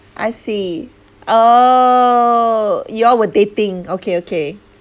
I see oh you all were dating okay okay